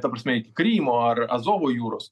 ta prasme krymo ar azovo jūros